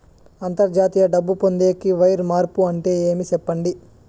అంతర్జాతీయ డబ్బు పొందేకి, వైర్ మార్పు అంటే ఏమి? సెప్పండి?